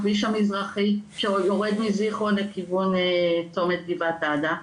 הכביש המזרחי שיורד מזכרון לכיוון צומת גבעת עדה.